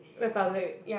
republic